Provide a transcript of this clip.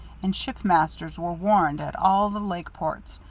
and ship masters were warned at all the lake ports.